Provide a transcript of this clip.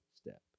step